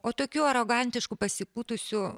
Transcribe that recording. o tokių arogantiškų pasipūtusių